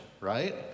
right